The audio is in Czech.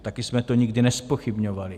Taky jsme to nikdy nezpochybňovali.